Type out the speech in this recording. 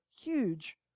huge